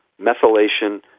methylation